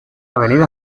avenida